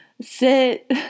sit